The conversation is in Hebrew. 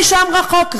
אי-שם רחוק,